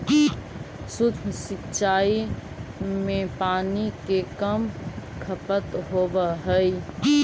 सूक्ष्म सिंचाई में पानी के कम खपत होवऽ हइ